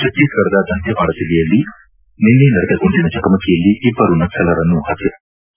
ಛತ್ತೀಸ್ಗಢದ ದಂತೇವಾಡ ಜಿಲ್ಲೆಯಲ್ಲಿ ನಿನ್ನೆ ನಡೆದ ಗುಂಡಿನ ಚಕಮಕಿನಲ್ಲಿ ಇಬ್ಲರು ನಕ್ಷಲರನ್ನು ಹತ್ತೆ ಮಾಡಲಾಗಿತ್ತು